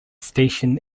station